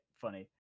funny